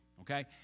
Okay